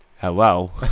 Hello